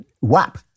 WAP